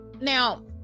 Now